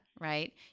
right